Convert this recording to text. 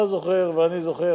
אתה זוכר ואני זוכר,